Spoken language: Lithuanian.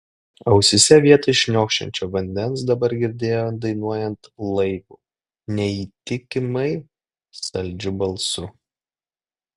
ausyse vietoj šniokščiančio vandens dabar girdėjo dainuojant laibu neįtikimai saldžiu balsu